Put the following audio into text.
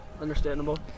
understandable